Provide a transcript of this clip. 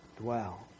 dwell